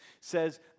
says